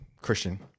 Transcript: Christian